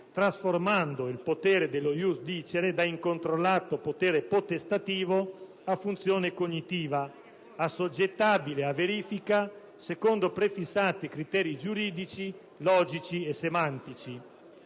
trasformando il potere dello *ius dicere* da incontrollato potere potestativo a funzione cognitiva, assoggettabile a verifica secondo prefissati criteri giuridici, logici e semantici.